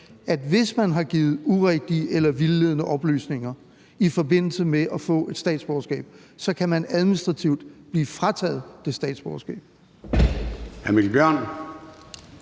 at hvis man har givet urigtige eller vildledende oplysninger i forbindelse med at få et statsborgerskab, kan man administrativt blive frataget det statsborgerskab.